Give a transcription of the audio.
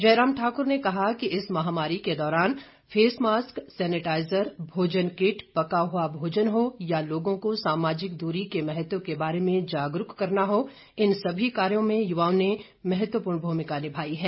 जय राम ठाकुर ने कहा कि इस महामारी के दौरान फेस मास्क सेनेटाईजर भोजन किट पका हुआ भोजन हो या लोगों को सामाजिक दूरी के महत्व के बारे में जागरूक करना हो इन सभी कार्यो में युवाओं ने महत्वपूर्ण भूमिका निभाई है